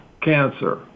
cancer